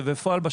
ובפועל,